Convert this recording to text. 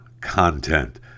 content